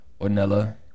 Ornella